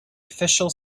official